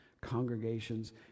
congregations